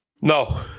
No